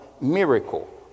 miracle